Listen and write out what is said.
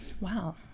Wow